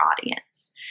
audience